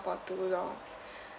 for too long